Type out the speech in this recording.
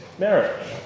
Marriage